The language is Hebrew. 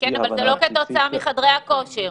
כן, אבל לא כתוצאה מחדרי הכושר.